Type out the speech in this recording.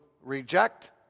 reject